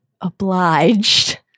obliged